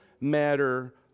matter